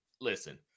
listen